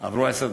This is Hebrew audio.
עברו עשר דקות?